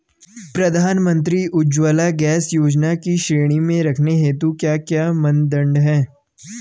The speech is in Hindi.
प्रधानमंत्री उज्जवला गैस योजना की श्रेणी में रखने हेतु क्या क्या मानदंड है?